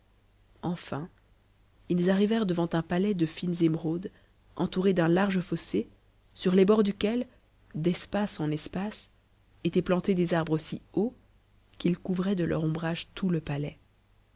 enûh ils arrivèrent devant un palais de fines émeraudes entouré d'un large tbssé cartes bords duquel d'espace en espacé étaient plantés des arbres s ns qa'i s couvraient de leur ombrage tout le palais